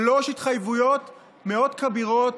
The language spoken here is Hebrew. שלוש התחייבויות מאוד כבירות,